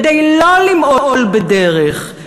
כדי לא למעול בדרך,